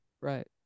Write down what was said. Right